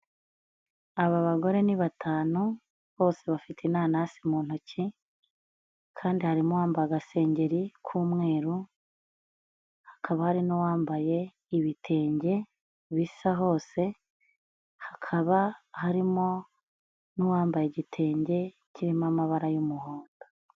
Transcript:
Aba bagore ni batanu bose bafite inanasi mu ntoki kandi harimo hamba agasengeri k'umweru. Hakaba hari n'uwambaye ibitenge bisa hose. Hakaba harimo n'uwambaye igitenge kirimo amabara y'umuhondo.